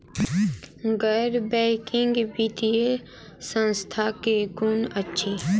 गैर बैंकिंग वित्तीय संस्था केँ कुन अछि?